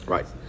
Right